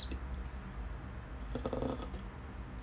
uh